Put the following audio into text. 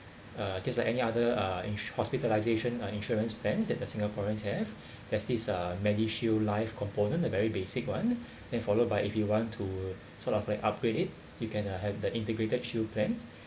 uh just like any other uh hospitalisation uh insurance plans that singaporeans have there's this uh MediShield life component the very basic one then followed by if you want to sort of like upgrade it you can uh have the integrated shield plan